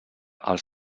als